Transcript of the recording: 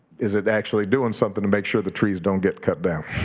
is it actually doing something to make sure the trees don't get cut down,